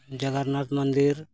ᱡᱚᱜᱚᱱᱱᱟᱛᱷ ᱢᱚᱱᱫᱤᱨ